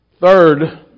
Third